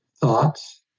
thoughts